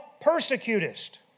persecutest